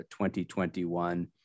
2021